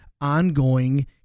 ongoing